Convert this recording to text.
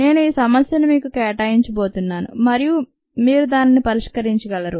నేను ఈ సమస్యను మీకు కేటాయించబోతున్నాను మరియు మీరు దానిని పరిష్కరించగలరు